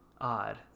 odd